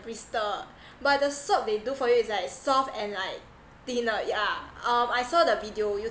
bristle but the swab they do for you it's like soft and like thinner yeah um I saw the video